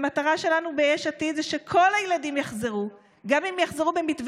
המטרה שלנו ביש עתיד זה שכל הילדים יחזרו, גם